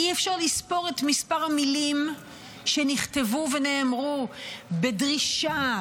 אי-אפשר לספור את מספר המילים שנכתבו ונאמרו בדרישה,